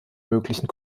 möglichen